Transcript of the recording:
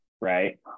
right